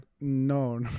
No